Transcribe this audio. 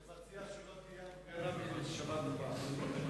אני מציע שלא תהיה הפגנה בשבת הבאה.